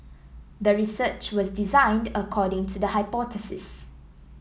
the research was designed according to the hypothesis